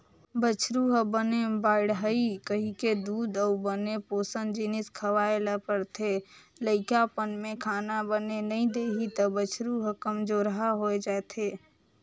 बछरु ह बने बाड़हय कहिके दूद अउ बने पोसन जिनिस खवाए ल परथे, लइकापन में खाना बने नइ देही त बछरू ह कमजोरहा हो जाएथे